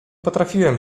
potrafiłem